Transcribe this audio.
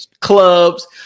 clubs